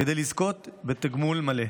כדי לזכות בתגמול מלא.